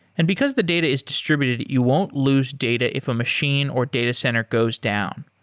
and because the data is distributed, you won't lose data if a machine or data center goes down.